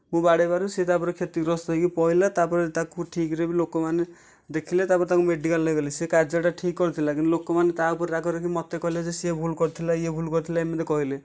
ମୁଁ ବାଡ଼େଇବାରୁ ସେ ତା'ପରେ କ୍ଷତଗ୍ରସ୍ତ ହେଇକି ପଳେଇଲା ତା'ପରେ ଭି ତାକୁ ଠିକ୍ରେ ଭି ଲୋକମାନେ ଦେଖିଲେ ତା'ପରେ ତାକୁ ମେଡ଼ିକାଲ୍ ନେଇଗଲେ ସେ କାର୍ଯ୍ୟଟା ଠିକ୍ କରିଥିଲା କିନ୍ତୁ ଲୋକମାନେ ତା' ଉପରେ ରାଗ ରଖିକି ମୋତେ କହିଲେ ଯେ ସେ ଭୁଲ୍ କରିଥିଲା ଇଏ ଭୁଲ୍ କରିଥିଲା ଏମିତି କହିଲେ